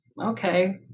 okay